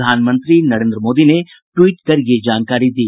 प्रधानमंत्री नरेंद्र मोदी ने ट्वीट कर ये जानकारी दी